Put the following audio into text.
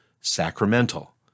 sacramental